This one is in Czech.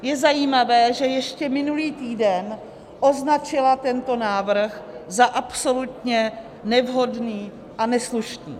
Je zajímavé, že ještě minulý týden označila tento návrh za absolutně nevhodný a neslušný.